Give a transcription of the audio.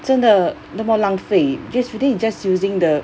真的那么浪费 this you then you just using the